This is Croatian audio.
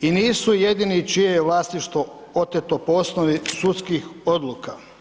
i nisu jedini čije je vlasništvo oteto po osnovi sudskih odluka.